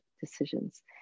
decisions